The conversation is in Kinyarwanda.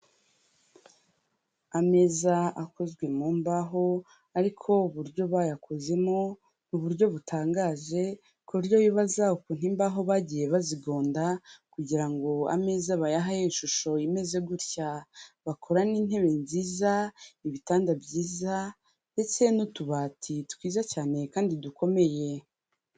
Ameza akozwe mu mbaho ariko uburyo bayakozemo ni uburyo butangaje, ku buryo wibaza ukuntu imbaho bagiye bazigonda kugira ngo ameza bayahe ishusho imeze gutya, bakora n'intebe nziza, ibitanda byiza ndetse n'utubati twiza cyane kandi dukomeye.